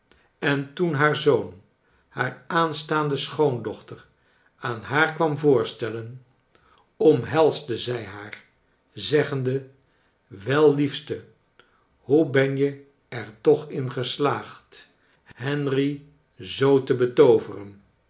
en tocn haar zoon haar aanstaande schoondochter aan haar kwam voorstellen omheisde zij haar zeggende wel liefste hoe ben je er toch in geslaagd henry zoo te betooveren